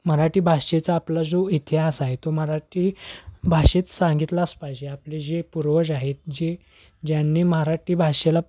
मराठी भाषेचा आपला जो इतिहास आहे तो मराठी भाषेत सांगितलाच पाहिजे आपले जे पूर्वज आहेत जे ज्यांनी मराठी भाषेला